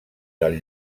del